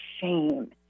shame